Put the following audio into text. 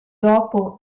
dopo